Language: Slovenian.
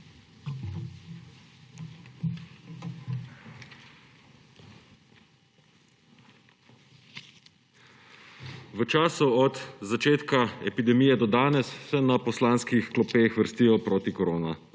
V času od začetka epidemije do danes se na poslanskih klopeh vrstijo protikoronski